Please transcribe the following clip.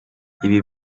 ibi